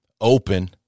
open